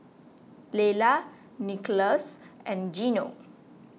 Laylah Nicklaus and Geno